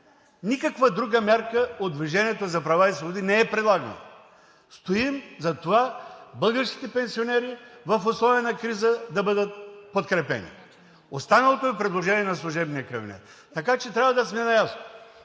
Никаква друга мярка от „Движение за права и свободи“ не е предлагана. Стоим зад това: българските пенсионери в условия на криза да бъдат подкрепени. Останалото е предложение на служебния кабинет, така че трябва да сме наясно.